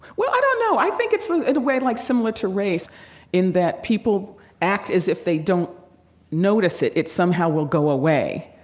well, i don't know. i think it's like in a way like similar to race in that people act as if they don't notice it, it somehow will go away.